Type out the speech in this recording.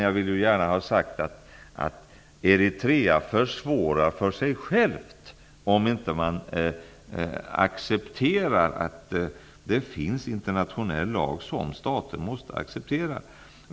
Jag vill gärna ha sagt att eritreanerna försvårar för sig själva om de inte accepterar att det finns internationell lag som staten måste acceptera.